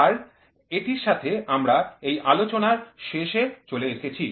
আর এটির সাথে আমরা এই আলোচনার শেষে চলে এসেছি